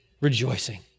rejoicing